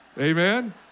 Amen